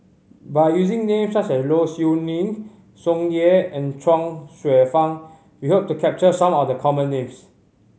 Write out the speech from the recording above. by using names such as Low Siew Nghee Tsung Yeh and Chuang Hsueh Fang we hope to capture some of the common names